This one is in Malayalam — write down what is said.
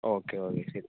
ഓക്കെ ഓക്കെ ശരി